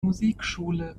musikschule